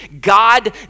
God